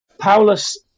Paulus